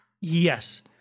Yes